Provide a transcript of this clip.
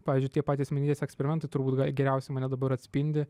pavyzdžiui tie patys minties eksperimentai turbūt geriausiai mane dabar atspindi